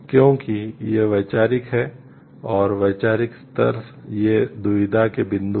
क्योंकि ये वैचारिक हैं और वैचारिक स्तर ये दुविधा के बिंदु हैं